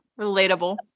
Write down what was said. Relatable